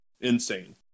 Insane